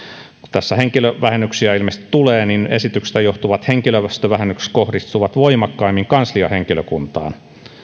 tässä henkilövähennyksiä ilmeisesti tulee niin esityksestä johtuvat henkilöstövähennykset kohdistuvat voimakkaimmin kansliahenkilökuntaan